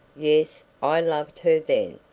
yes! i loved her then.